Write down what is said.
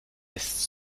ist